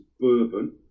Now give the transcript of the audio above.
Bourbon